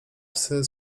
psy